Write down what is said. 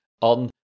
on